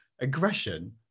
aggression